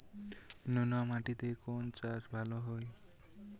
নোনা মাটিতে কোন চাষ ভালো হয়?